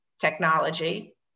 technology